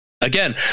again